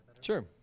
Sure